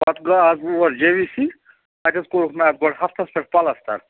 پتہٕ گو آس اور جے وی سی تَتہِ حظ کوٚرُکھ مےٚ اَتھ گۄڈٕ ہفتَس پٮ۪ٹھ پَلَستَر